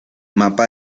mapa